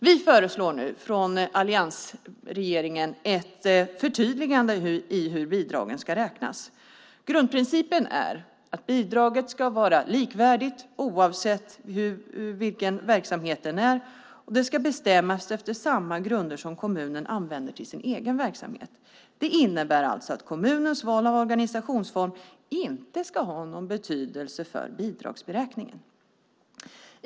Vi föreslår nu från alliansregeringen ett förtydligande i hur bidragen ska räknas. Grundprincipen är att bidraget ska vara likvärdigt oavsett vilken verksamheten är. Det ska bestämmas efter samma grunder som kommunen använder till sin egen verksamhet. Det innebär alltså att kommunens val av organisationsform inte ska ha någon betydelse för bidragsberäkningen.